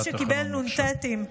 גם כשקיבל נ"טים,